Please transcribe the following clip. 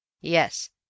Yes